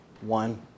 one